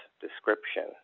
description